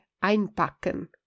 einpacken